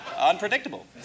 Unpredictable